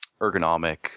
ergonomic